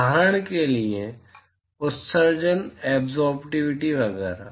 उदाहरण के लिए उत्सर्जन एब्ज़ोर्बटिविटी वगैरह